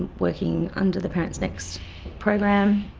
and working under the parentsnext program.